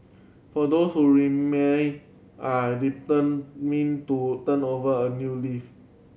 for those who remain are determined to turn over a new leaf